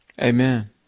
Amen